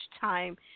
time